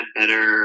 better